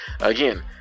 again